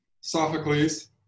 Sophocles